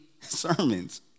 sermons